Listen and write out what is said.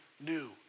new